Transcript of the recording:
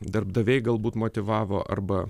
darbdaviai galbūt motyvavo arba